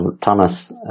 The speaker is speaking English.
Thomas